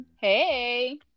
Hey